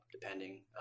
depending